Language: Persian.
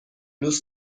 دوست